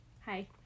Hi